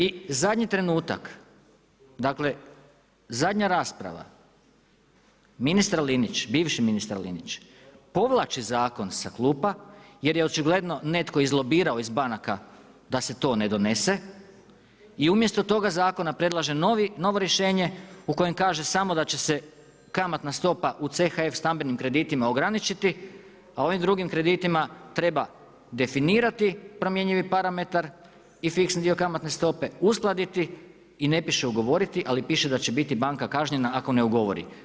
I zadnji trenutak dakle, zadnja rasprava ministra Linića, bivši ministar Linić, povlači zakon sa klupa jer je očigledno netko izlobirao iz banaka da se to ne donese i umjesto toga zakona predlaže novo rješenje u kojem kaže samo da će se kamatna stopa u CHF stambenim kreditima ograničiti a ovim drugim kreditima treba definirati promjenjivi parametar i fiksni dio kamatne stope, uskladiti i ne piše ugovoriti ali piše da će biti banka kažnjena ako ne ugovori.